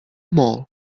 mall